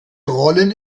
rollen